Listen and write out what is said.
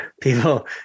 People